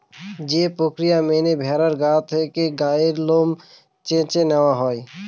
যে প্রক্রিয়া মেনে ভেড়ার গা থেকে গায়ের লোম চেঁছে নেওয়া হয়